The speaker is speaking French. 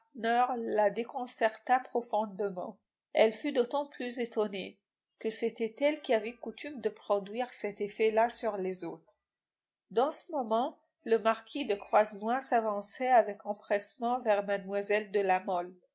la déconcerta profondément elle fut d'autant plus étonnée que c'était elle qui avait coutume de produire cet effet là sur les autres dans ce moment le marquis de croisenois s'avançait avec empressement vers mlle de la mole